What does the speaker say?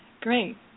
Great